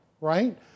right